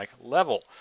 level